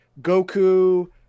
Goku